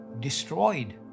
destroyed